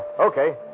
Okay